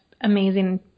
amazing